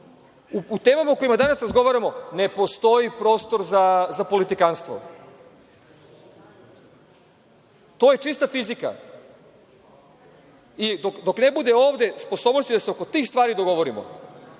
temama o kojima danas razgovaramo ne postoji prostor za politikanstvo. To je čista fizika. Dok ne bude ovde sposobnosti da se oko tih stvari dogovorimo,